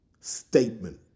Statement